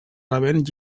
rebent